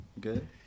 Good